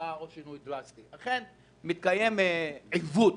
מתקיים עיוות